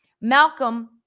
Malcolm